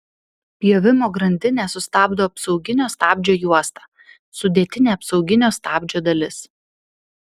pjovimo grandinę sustabdo apsauginio stabdžio juosta sudėtinė apsauginio stabdžio dalis